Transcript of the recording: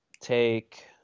take